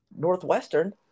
Northwestern